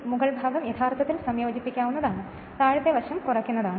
ഈ മുകൾഭാഗം യഥാർത്ഥത്തിൽ സംയോജിപ്പിക്കാവുന്നത് ആണ് താഴത്തെ വശം അത് കുറയ്ക്കുന്നതാണ്